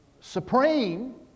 supreme